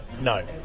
No